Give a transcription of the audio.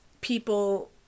people